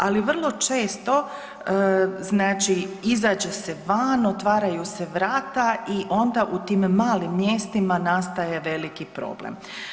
Ali, vrlo često, znači, izađe se van, otvaraju se vrata i onda u tim malim mjestima nastaje veliki problem.